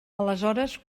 aleshores